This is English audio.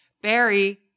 Barry